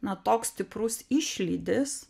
na toks stiprus išlydis